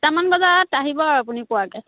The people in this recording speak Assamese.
সাতটামান বজাত আহিব আৰু আপুনি পোৱাকৈ